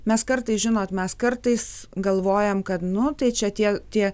mes kartais žinot mes kartais galvojam kad nu tai čia tie tie